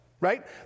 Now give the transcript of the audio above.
right